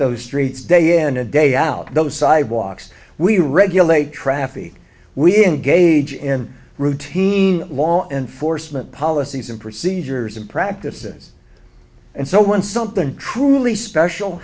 those streets day in and day out those sidewalks we regulate traffic we engage in routine law enforcement policies and procedures and practices and so when something truly special